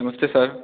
नमस्ते सर